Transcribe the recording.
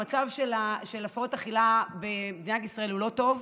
המצב של הפרעות אכילה במדינת ישראל הוא לא טוב,